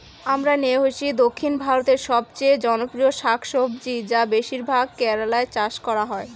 আমরান্থেইসি দক্ষিণ ভারতের সবচেয়ে জনপ্রিয় শাকসবজি যা বেশিরভাগ কেরালায় চাষ করা হয়